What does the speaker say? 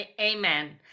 amen